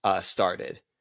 started